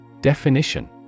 Definition